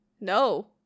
no